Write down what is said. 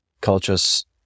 culture's